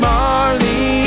Marley